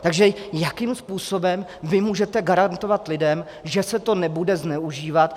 Takže jakým způsobem vy můžete garantovat lidem, že se to nebude zneužívat?